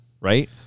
Right